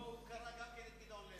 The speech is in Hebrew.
הוא גם קרא את גדעון לוי.